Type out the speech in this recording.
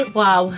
wow